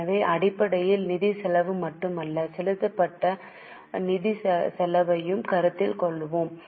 எனவே அடிப்படையில் நிதி செலவு மட்டுமல்ல செலுத்தப்படும் நிதி செலவையும் கருத்தில் கொள்வோம்